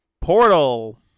Portal